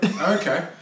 Okay